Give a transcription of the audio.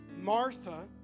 Martha